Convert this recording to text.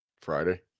Friday